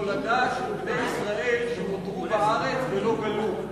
תולדה של בני ישראל שנותרו בארץ ולא גלו.